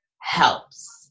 helps